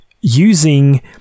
using